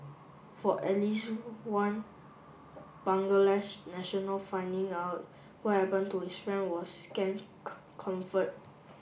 for at least one national finding out what happen to his friend was scant comfort